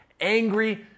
angry